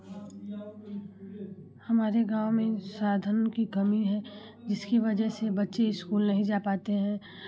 हमारे गाँव में साधन की कमी है जिसकी वजह से बच्चे इस्कूल नहीं जा पाते हैं